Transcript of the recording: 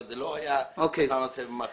זה לא היה נושא במחלוקת.